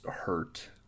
hurt